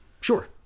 sure